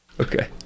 Okay